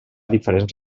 diferents